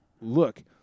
look